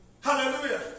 Hallelujah